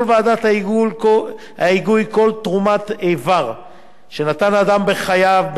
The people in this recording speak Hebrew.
ועדת ההיגוי כל תרומת איבר שנתן אדם בחייו,